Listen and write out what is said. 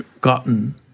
gotten